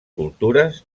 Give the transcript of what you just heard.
cultures